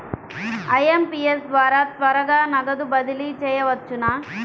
IMPS ద్వారా త్వరగా నగదు బదిలీ చేయవచ్చునా?